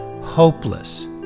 Hopeless